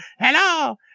Hello